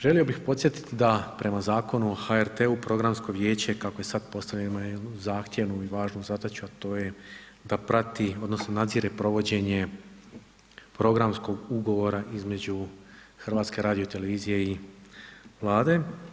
Želio bih podsjetiti da prema Zakonu o HRT-u Programsko vijeće, kako je sad postavljano ima zahtjevnu i važnu zadaću, a to je da prati odnosno nadzire provođenje Programskog ugovora između HRT-a i Vlade.